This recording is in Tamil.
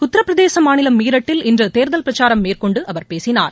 உத்தரப்பிரதேச மாநிலம் மீரட்டில் இன்று தேர்தல் பிரச்சாரம் மேற்கொண்டு அவர் பேசினார்